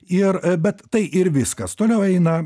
ir bet tai ir viskas toliau eina